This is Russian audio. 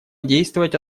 действовать